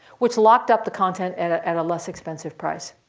what's locked up the content and at and a less expensive price.